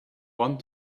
one